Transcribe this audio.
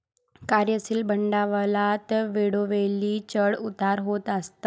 कार्यशील भांडवलात वेळोवेळी चढ उतार होत असतात